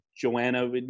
joanna